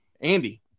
Andy